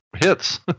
hits